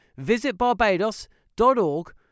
visitbarbados.org